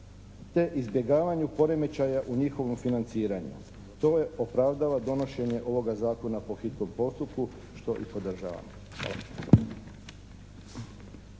te izbjegavanju poremećaja u njihovom financiranju. To opravdava donošenje ovoga Zakona po hitnom postupku što i podržavam.